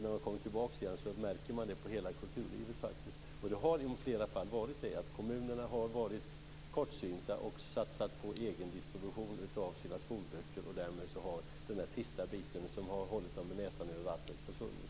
När jag kommer tillbaka dit märker jag faktiskt effekter på hela kulturlivet. Det har i flera fall varit så att kommunerna varit kortsynta och satsat på egendistribution av sina skolböcker, och därmed har den sista utkomstmöjligheten som gjort att man kunnat hålla näsan över vattnet försvunnit.